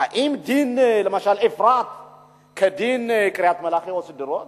האם דין אפרת כדין קריית-מלאכי או שדרות